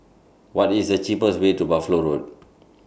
What IS The cheapest Way to Buffalo Road